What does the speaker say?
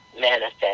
manifest